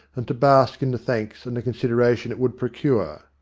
and to bask in the thanks and the consideration it would procure.